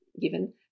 given